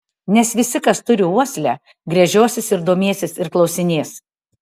nes visi kas turi uoslę gręžiosis ir domėsis ir klausinės